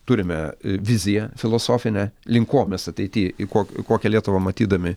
turime viziją filosofinę link ko mes ateity į kokią kokią lietuvą matydami